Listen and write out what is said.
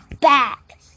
Back